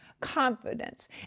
confidence